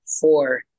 four